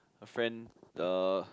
a friend uh